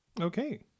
Okay